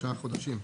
שלושה חודשים.